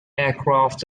aircraft